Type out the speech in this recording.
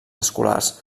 escolars